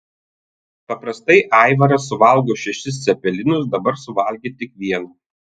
paprastai aivaras suvalgo šešis cepelinus dabar suvalgė tik vieną